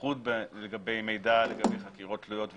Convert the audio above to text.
ובייחוד מידע לגבי חקירות תלויות ועומדות,